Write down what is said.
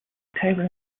table